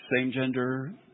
same-gender